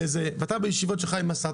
ואתה בישיבות שלך עם השר,